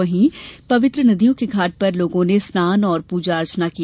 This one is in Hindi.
वहीं पवित्र नदियों के घांट पर लोगों ने स्नान और पूजा अर्चना की